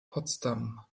potsdam